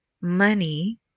money